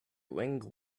wing